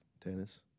tennis